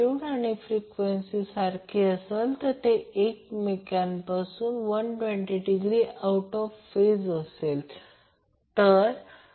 RL आणि XL दोन्ही variable आहेत म्हणजे मी हे उदाहरण पुन्हा सांगतो जेव्हा Z RL j XL जोडले जाते आणि सर्व डेटा तोच राहतो